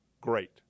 great